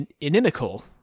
inimical